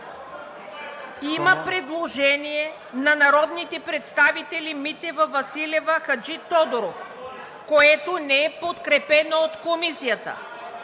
Има предложение на народните представители Митева, Василева и Хаджитодоров, което не е подкрепено от Комисията.